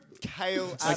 kale